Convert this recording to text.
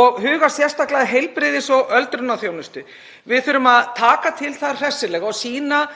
og huga sérstaklega að heilbrigðis- og öldrunarþjónustu. Við þurfum að taka til þar hressilega og sýna